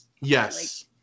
Yes